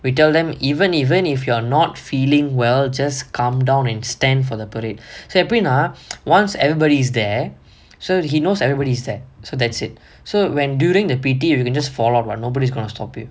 we tell them even even if you're not feeling well just come down and stand for the parade so எப்டினா:epdinaa once everybody's there so he knows everybody's there so that's it so when during the P_T you can just fall out what nobody's gonna stop you